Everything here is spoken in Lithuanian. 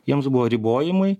jiems buvo ribojimai